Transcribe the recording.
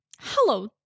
Hello